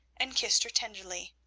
and kissed her tenderly.